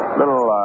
little